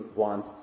want